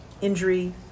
injury